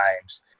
times